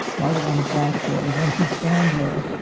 write it on the blackboard and then he'd stand there,